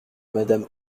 madame